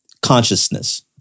consciousness